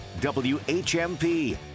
WHMP